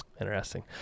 Interesting